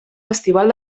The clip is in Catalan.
festival